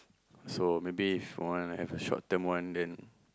so maybe If I wanna have a short term one then